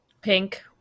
Pink